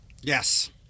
Yes